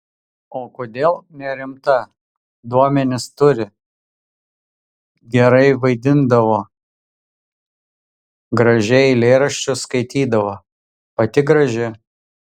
o kodėl nerimta duomenis turi gerai vaidindavo gražiai eilėraščius skaitydavo pati graži